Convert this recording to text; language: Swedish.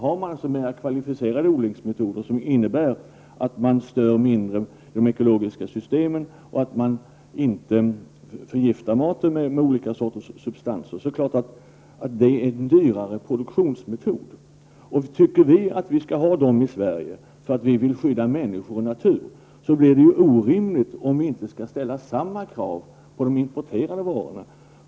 Har man, som vi, kvalificerade odlingsmetoder, som innebär att man stör de ekologiska systemen mindre och att man inte förgiftar maten med olika sorters substanser, har man självfallet en dyrare produktionsmetod. Tycker vi att vi skall ha sådana i Sverige, därför att vi vill skydda människor och natur, vore det orimligt av oss att inte ställa samma krav på de importerade varorna.